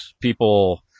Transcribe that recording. people